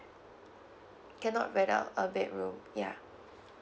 cannot rent out a bedroom yeah